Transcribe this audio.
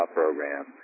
program